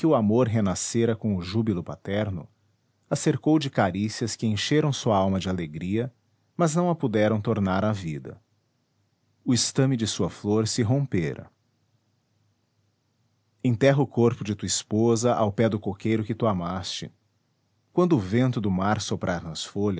amor renascera com o júbilo paterno a cercou de carícias que encheram sua alma de alegria mas não a puderam tornar à vida o estame de sua flor se rompera enterra o corpo de tua esposa ao pé do coqueiro que tu amaste quando o vento do mar soprar